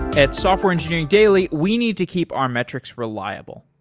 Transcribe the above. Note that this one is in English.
at software engineering daily we need to keep our metrics reliable.